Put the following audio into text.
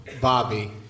Bobby